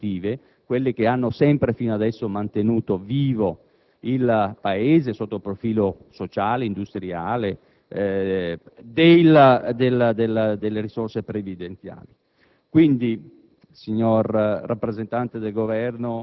le necessità delle varie parti del Paese, quelle produttive, quelle che hanno sempre fino adesso mantenuto vivo il Paese sotto il profilo sociale, industriale, delle risorse previdenziali.